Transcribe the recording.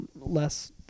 less